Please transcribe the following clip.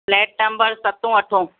flat number सतो अठो